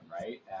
right